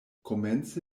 komence